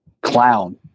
clown